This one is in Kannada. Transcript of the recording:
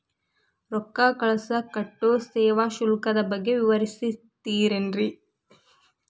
ರೊಕ್ಕ ಕಳಸಾಕ್ ಕಟ್ಟೋ ಸೇವಾ ಶುಲ್ಕದ ಬಗ್ಗೆ ವಿವರಿಸ್ತಿರೇನ್ರಿ?